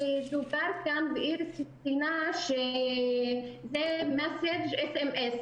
דובר כאן ואיריס ציינה שזה הודעת סמס.